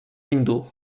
hindú